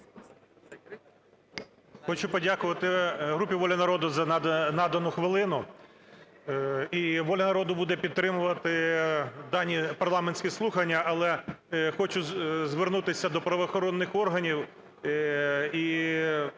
Хочу подякувати групі "Воля народу" за надану хвилину. І "Воля народу" буде підтримувати дані парламентські слухання. Але хочу звернутися до правоохоронних органів